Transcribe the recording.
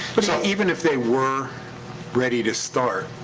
but so even if they were ready to start,